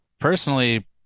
personally